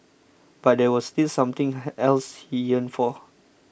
but there was still something else he yearned for